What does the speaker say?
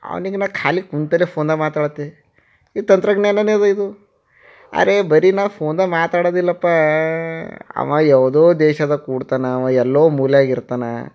ಅವ್ನಿಗೆ ನಾ ಖಾಲಿ ಕೂತಲ್ಲೇ ಫೋನ್ದಾಗ ಮಾತಾಡ್ತಿ ಈ ತಂತ್ರಜ್ಞಾನನೇ ಅದ ಇದು ಅರೆ ಬರಿ ನಾವು ಫೋನ್ದಾಗ ಮಾತಾಡೋದಿಲ್ಲಪ್ಪಾ ಅವ ಯಾವುದೋ ದೇಶದಾಗ ಕೂಡ್ತಾನ ಅವ ಎಲ್ಲೋ ಮೂಲೆಯಾಗಿರ್ತಾನ